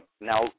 Now